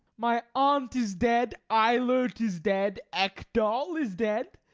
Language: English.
my aunt is dead, eilert is dead, ekdal is dead,